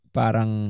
parang